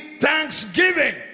thanksgiving